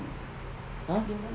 !huh!